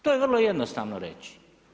To je vrlo jednostavno reći.